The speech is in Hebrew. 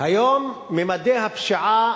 היום ממדי הפשיעה